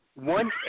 One